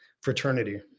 fraternity